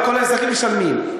כל האזרחים משלמים.